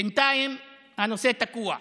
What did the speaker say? בינתיים הנושא תקוע,